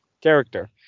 character